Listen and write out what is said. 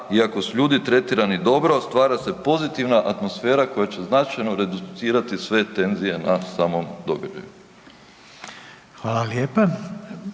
i ako su ljudi tretirani dobro, stvara se pozitivna atmosfera koja će značajno reducirati sve tenzije na samom događaju. **Reiner,